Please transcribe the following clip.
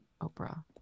oprah